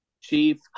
chief